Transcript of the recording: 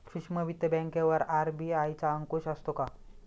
सूक्ष्म वित्त बँकेवर आर.बी.आय चा अंकुश असतो का?